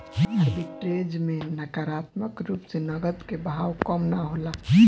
arbitrage में नकारात्मक रूप से नकद के बहाव कम ना होला